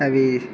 అవి